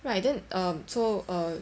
right then err so err